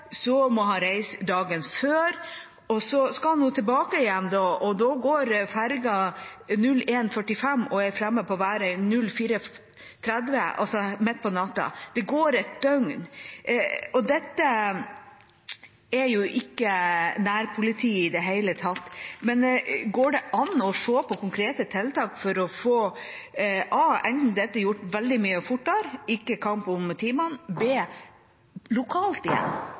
må han reise dagen før. Så skal han tilbake igjen, og da går ferja kl. 01.45 og er framme på Værøy kl. 04.30, altså midt på natten. Det går et døgn. Dette er jo ikke nærpoliti i det hele tatt. Går det an å se på konkrete tiltak for å få a) dette gjort veldig mye fortere, uten kamp om timene, eller b) få det ordnet lokalt?